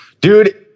Dude